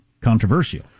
controversial